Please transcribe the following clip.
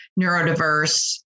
neurodiverse